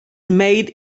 made